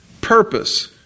Purpose